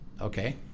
Okay